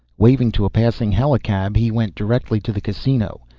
waving to a passing helicab he went directly to the casino,